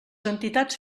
entitats